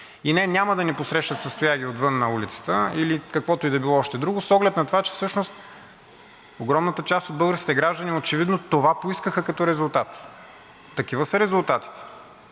И не, няма да ни посрещнат с тояги отвън на улицата или с каквото и да било още друго с оглед на това, че всъщност огромната част от българските граждани очевидно това поискаха като резултат. Такива са резултатите